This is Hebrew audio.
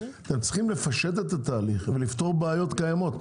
אתם צריכים לפשט את התהליך ולפתור בעיות קיימות.